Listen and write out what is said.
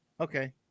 okay